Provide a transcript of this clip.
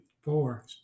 Four